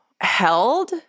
held